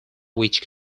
which